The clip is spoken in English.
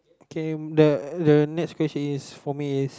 okay the the next question is for me is